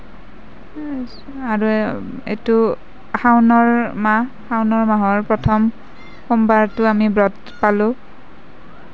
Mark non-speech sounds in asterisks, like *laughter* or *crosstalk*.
*unintelligible* আৰু এইটো শাওণৰ মাহ শাওণৰ মাহৰ প্ৰথম সোমবাৰটো আমি ব্ৰত পালোঁ